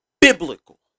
biblical